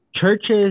churches